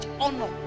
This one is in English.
honor